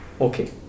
Okay